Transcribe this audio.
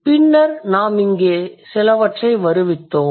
பின்னர் நாம் இங்கே சிலவற்றை வருவித்தோம்